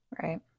Right